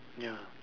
ya